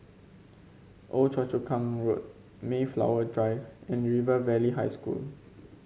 Old Choa Chu Kang Road Mayflower Drive and River Valley High School